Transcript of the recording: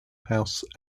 house